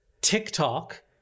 TikTok